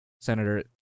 Senator